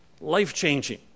life-changing